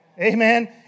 Amen